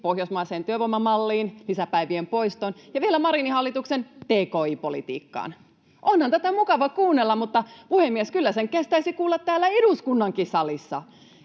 pohjoismaiseen työvoimamalliin, lisäpäivien poistoon ja vielä Marinin hallituksen tki-politiikkaan. Onhan tätä mukava kuunnella, mutta, puhemies, kyllä sen kestäisi kuulla täällä eduskunnankin salissa.